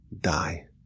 die